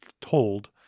told